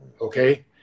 Okay